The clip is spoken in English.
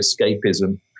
escapism